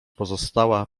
pozostała